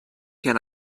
can